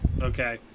okay